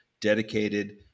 dedicated